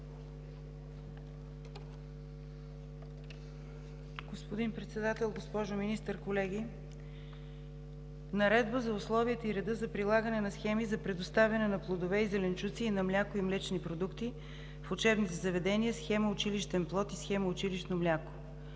Господин Председател, госпожо Министър, колеги! Наредба за условията и реда за прилагане на схеми за предоставяне на плодове и зеленчуци и на мляко и млечни продукти в учебните заведения – Схема „Училищен плод“ и Схема „Училищно мляко“